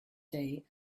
day